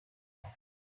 know